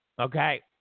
Okay